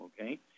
okay